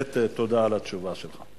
באמת תודה על התשובה שלך.